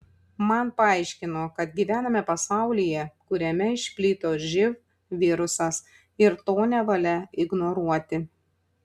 man paaiškino kad gyvename pasaulyje kuriame išplito živ virusas ir to nevalia ignoruoti